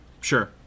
Sure